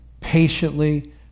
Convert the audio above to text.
patiently